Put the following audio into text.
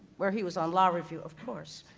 where he was on law review of course.